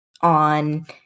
on